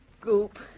Goop